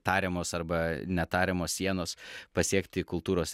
tariamos arba netariamos sienos pasiekti kultūros